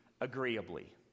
agreeably